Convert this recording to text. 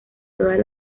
todas